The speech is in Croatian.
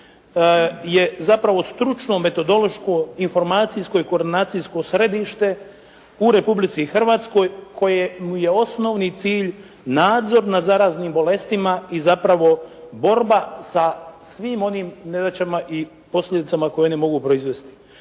je zapravo stručno, metodološko, informacijsko i koordinacijsko središte u Republici Hrvatskoj kojemu je osnovni cilj nadzor nad zaraznim bolestima i zapravo borba sa svim onim nedaćama i posljedicama koje one mogu proizvesti.